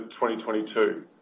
2022